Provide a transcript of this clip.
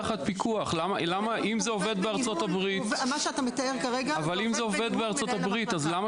אם זה עובד בארצות הברית למה שזה לא יעבוד כאן?